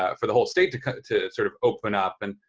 ah for the whole state to kind of to sort of open up. and,